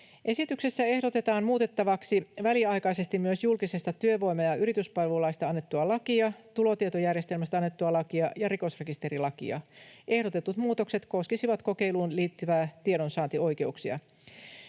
Esityksessä ehdotetaan muutettavaksi väliaikaisesti myös julkisesta työvoima‑ ja yrityspalvelulaista annettua lakia, tulotietojärjestelmästä annettua lakia ja rikosrekisterilakia. Ehdotetut muutokset koskisivat kokeiluun liittyviä tiedonsaantioikeuksia.